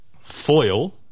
foil